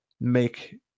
make